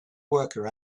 worker